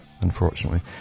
unfortunately